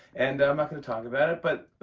and i'm not going to talk about it. but